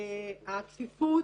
הכפיפות